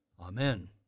Amen